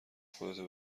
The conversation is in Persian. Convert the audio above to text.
خودتو